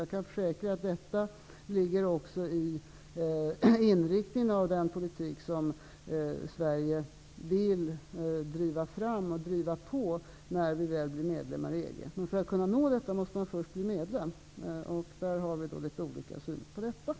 Jag kan försäkra att detta ligger i inriktningen av den politik som Sverige vill driva fram och driva på när vi väl blir medlemmar i EG. Men för att kunna uppnå detta måste vi först bli medlemmar, och om det har vi litet olika syn.